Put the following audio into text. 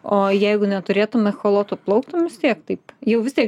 o jeigu neturėtum echoloto plauktum vis tiek taip jau vis tiek